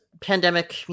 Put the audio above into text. pandemic